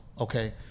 okay